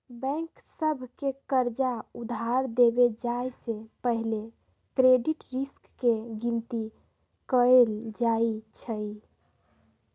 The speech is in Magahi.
बैंक सभ के कर्जा उधार देबे जाय से पहिले क्रेडिट रिस्क के गिनति कएल जाइ छइ